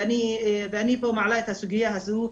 ואני פה מעלה את הסוגיה הזו,